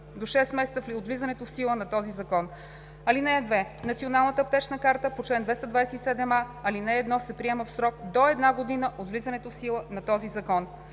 до 6 месеца от влизането в сила на този закон. (2) Националната аптечна карта по чл. 227а, ал. 1 се приема в срок до една година от влизането в сила на този закон.“